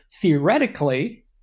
theoretically